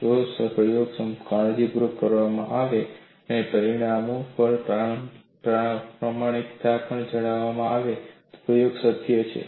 જો પ્રયોગ કાળજીપૂર્વક કરવામાં આવે અને પરિણામો પણ પ્રમાણિકપણે જણાવવામાં આવે તો પ્રયોગ સત્ય છે